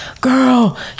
girl